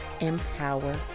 empower